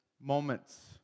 moments